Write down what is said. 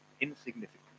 insignificant